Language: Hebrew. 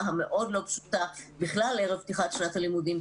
המאוד לא פשוטה בכלל ערב תחילת שנת הלימודים,